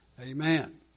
Amen